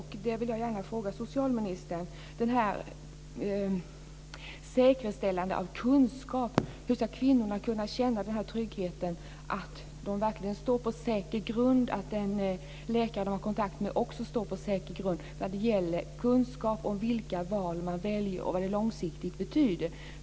Här vill jag ställa en fråga till socialministern om detta med säkerställande av kunskap: Hur ska kvinnorna kunna känna tryggheten att de verkligen står på säker grund, att den läkare de har kontakt med också står på säker grund när det gäller kunskap om de val man gör och vad det långsiktigt betyder?